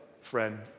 friend